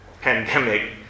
pandemic